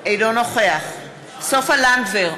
אינו נוכח סופה לנדבר,